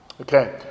Okay